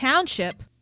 Township